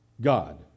God